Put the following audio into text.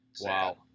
wow